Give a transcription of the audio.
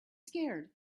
scared